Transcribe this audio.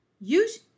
use